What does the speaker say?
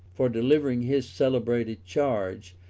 for delivering his celebrated charge,